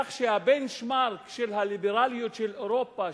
כך שה-benchmark של הליברליות של אירופה,